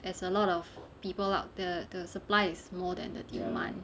there's a lot of people out there the supply more than the demand